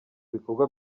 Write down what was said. ibikorwa